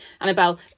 Annabelle